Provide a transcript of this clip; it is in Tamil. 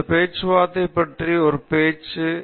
இது பேச்சுவார்த்தை பற்றிய ஒரு பேச்சு